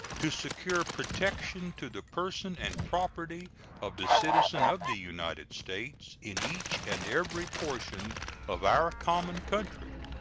to secure protection to the person and property of the citizen of the united states in each and every portion of our common country,